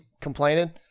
complaining